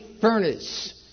furnace